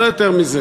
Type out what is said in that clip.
לא יותר מזה.